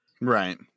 Right